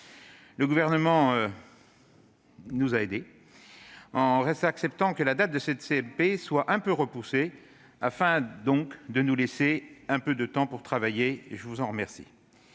Le Gouvernement nous y a aidés en acceptant que la date de cette CMP soit quelque peu repoussée, afin, donc, de nous laisser un peu de temps pour travailler- je vous en remercie,